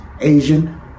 Asian